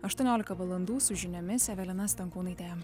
aštuoniolika valandų su žiniomis evelina stankūnaitė